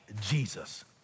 Jesus